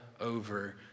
over